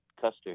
Custer